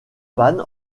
panne